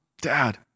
dad